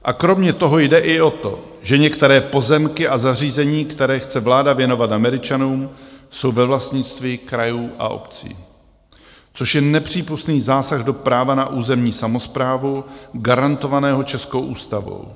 A kromě toho jde i o to, že některé pozemky a zařízení, které chce vláda věnovat Američanům, jsou ve vlastnictví krajů a obcí, což je nepřípustný zásah do práva na územní samosprávu garantovaného českou ústavou.